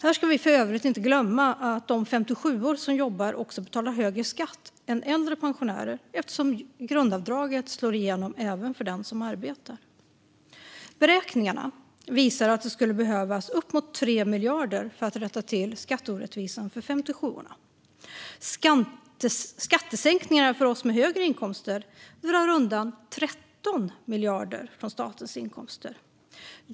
Här ska vi för övrigt inte glömma att de 57:or som jobbar också betalar högre skatt än äldre pensionärer eftersom grundavdraget slår igenom även för den som arbetar. Beräkningar visar att det skulle behövas uppemot 3 miljarder för att rätta till skatteorättvisan för 57:orna. Skattesänkningarna för oss med högre inkomster drar undan 13 miljarder från statens inkomster.